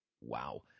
Wow